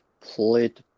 played